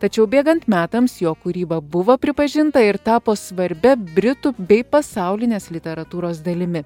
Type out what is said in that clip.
tačiau bėgant metams jo kūryba buvo pripažinta ir tapo svarbia britų bei pasaulinės literatūros dalimi